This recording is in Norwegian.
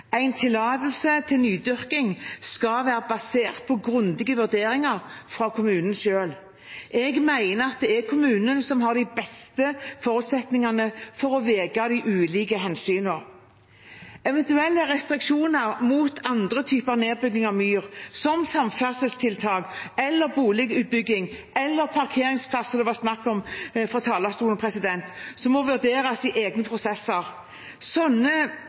En tillatelse til nydyrking skal være basert på grundige vurderinger fra kommunen selv. Jeg mener at det er kommunen som har de beste forutsetningene for å veie de ulike hensynene. Eventuelle restriksjoner for andre typer nedbygging av myr, som samferdselstiltak eller boligutbygging – eller parkeringsplasser, som det har vært snakk om fra talerstolen – må vurderes i egne prosesser.